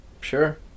sure